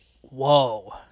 whoa